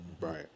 right